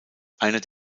einer